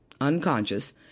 unconscious